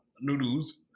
noodles